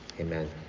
amen